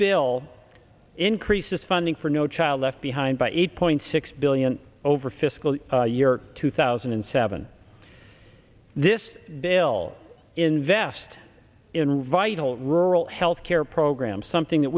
bill increases funding for no child left behind by eight point six billion over fiscal year two thousand and seven this bill invest in revival rural health care program something that